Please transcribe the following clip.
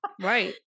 right